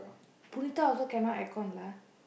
Punitha also cannot aircon lah